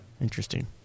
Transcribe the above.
Interesting